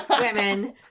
women